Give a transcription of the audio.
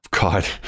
God